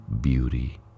beauty